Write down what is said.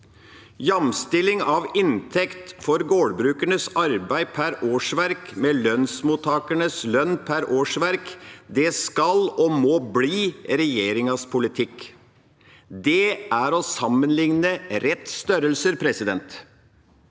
Jamstilling av inntekt for gårdbrukernes arbeid per årsverk med lønnsmottakernes lønn per årsverk, det skal og må bli regjeringas politikk. Det er å sammenligne rette størrelser. Det